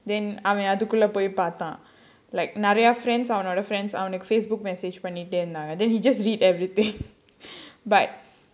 then அவன் அதுக்குள்ள போய் பார்த்தான்:avan adhukulla poi paarthaan like நிறைய:niraya friends அவனோட:avanoda friends அவனுக்கு:avanukku Facebook message பண்ணிட்டே இருந்தாங்க:pannittae irunthaanga then he just read everything but